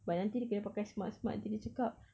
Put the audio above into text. but nanti dia kena pakai smart smart nanti dia cakap